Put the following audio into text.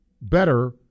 better